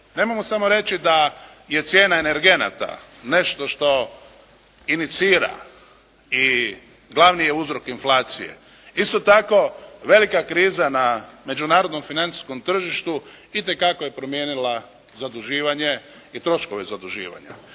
Nemojmo samo reći da je cijena energenata nešto što inicira i glavni je uzrok inflacije. Isto tako velika je kriza na međunarodnom financijskom tržištu, itekako je promijenila zaduživanje i troškove zaduživanja.